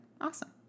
Awesome